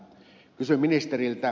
kysyn ministeriltä